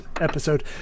episode